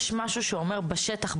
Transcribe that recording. יש משהו שאומר בשטח,